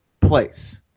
place